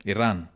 Iran